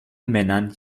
männern